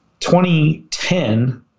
2010